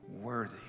worthy